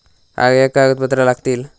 काय काय कागदपत्रा लागतील?